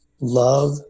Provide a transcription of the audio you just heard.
love